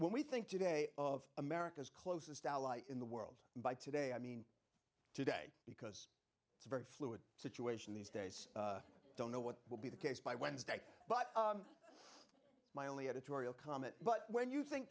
when we think today of america's closest ally in the world by today i mean today because it's a very fluid situation these days don't know what will be the case by wednesday but my only editorial comment but when you think